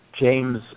James